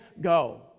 Go